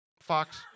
Fox